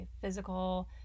physical